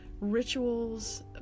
rituals